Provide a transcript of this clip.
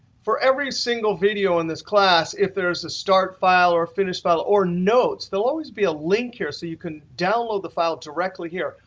for every single video in this class, if there is a start file or a finished file or notes, there'll always be a link here so you can download the file directly here.